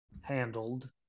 handled